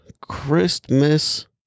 Christmas